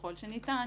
ככל שניתן,